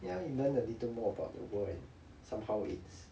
ya you learn a little more about the world and somehow it's